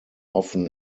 often